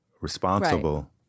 responsible